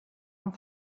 amb